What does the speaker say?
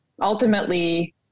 ultimately